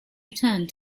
returned